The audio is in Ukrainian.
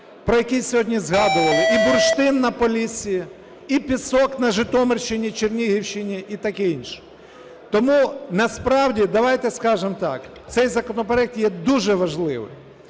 про який сьогодні згадували: і бурштин на Поліссі, і пісок на Житомирщині, Чернігівщині, і таке інше? Тому насправді давайте скажемо так: цей законопроект є дуже важливий.